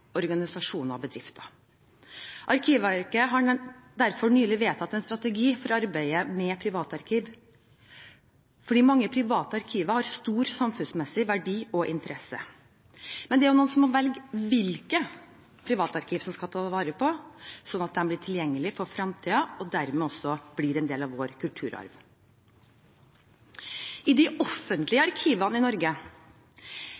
organisasjoner og bedrifter. Arkivverket har derfor nylig vedtatt en strategi for arbeidet med privatarkiv fordi mange private arkiver har stor samfunnsmessig verdi og interesse. Men noen må velge hvilke privatarkiver som skal tas vare på slik at de blir tilgjengelige for fremtiden, og dermed også blir en del av vår kulturarv. I de offentlige